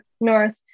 North